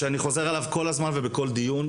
ואני חוזר עליו כל הזמן ובכל דיון,